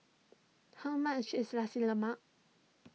how much is Nasi Lemak